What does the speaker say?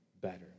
better